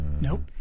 Nope